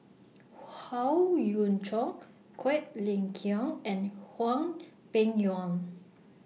Howe Yoon Chong Quek Ling Kiong and Hwang Peng Yuan